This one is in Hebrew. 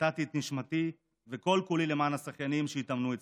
נתתי את נשמתי וכל-כולי למען השחיינים שהתאמנו אצלי,